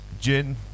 gin